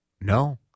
No